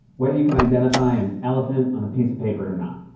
whether you can identify an elephant on a piece of paper or not.